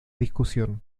discusión